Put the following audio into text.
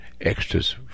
extras